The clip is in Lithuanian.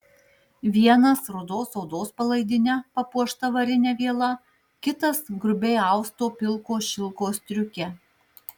vienas rudos odos palaidine papuošta varine viela kitas grubiai austo pilko šilko striuke